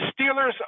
Steelers